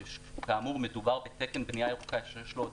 שכאמור מדובר בתקן בנייה ירוקה שיש לו עוד